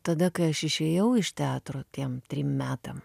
tada kai aš išėjau iš teatro tiem trim metam